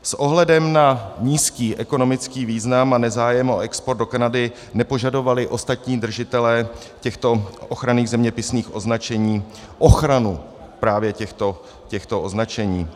S ohledem na nízký ekonomický význam a nezájem o export do Kanady nepožadovali ostatní držitelé těchto ochranných zeměpisných označení ochranu právě těchto označení.